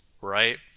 right